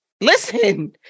Listen